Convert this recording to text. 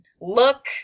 look